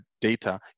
data